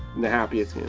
and the happiest